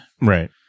Right